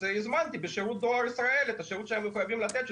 הזמנתי בשירות דואר ישראל את השירות שהם חייבים לתת,